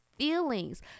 feelings